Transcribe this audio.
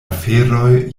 aferoj